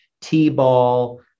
t-ball